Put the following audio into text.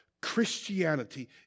Christianity